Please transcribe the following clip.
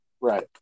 right